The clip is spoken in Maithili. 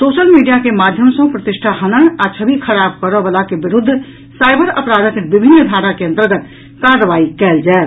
सोशल मीडिया के माध्यम सँ प्रतिष्ठा हनन आ छवि खराब करऽ बला के विरूद्ध साईबर अपराधक विभिन्न धारा के अन्तर्गत कार्रवाई कयल जायत